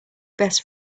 best